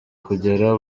kugera